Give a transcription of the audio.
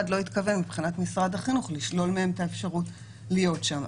לא התכוון מבחינת משרד החינוך לשלול מהם את האפשרות להיות שם.